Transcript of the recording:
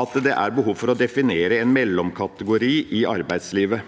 at det er behov for å definere en mellomkategori i arbeidslivet.